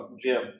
Jim